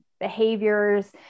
behaviors